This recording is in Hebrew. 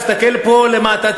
תסתכל לפה למטה,